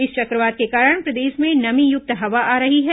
इस चक्रवात के कारण प्रदेश में नमी युक्त हवा आ रही है